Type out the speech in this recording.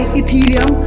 ethereum